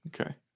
Okay